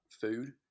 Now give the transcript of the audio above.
food